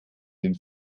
den